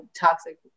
toxic